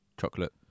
chocolate